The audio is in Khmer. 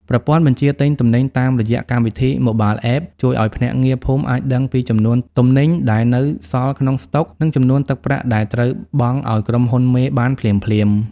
ប្រព័ន្ធបញ្ជាទិញទំនិញតាមរយៈកម្មវិធី Mobile App ជួយឱ្យភ្នាក់ងារភូមិអាចដឹងពីចំនួនទំនិញដែលនៅសល់ក្នុងស្តុក និងចំនួនទឹកប្រាក់ដែលត្រូវបង់ឱ្យក្រុមហ៊ុនមេបានភ្លាមៗ។